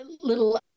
Little